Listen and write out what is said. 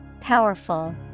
Powerful